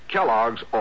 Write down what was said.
Kellogg's